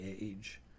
age